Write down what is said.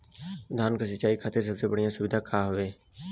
धान क सिंचाई खातिर सबसे बढ़ियां सुविधा का हवे?